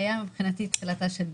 זו הייתה מבחינתי תחילתה של בדיחה.